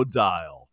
dial